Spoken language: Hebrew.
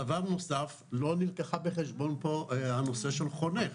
דבר נוסף, לא נלקח בחשבון הנושא של חונך.